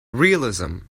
realism